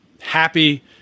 happy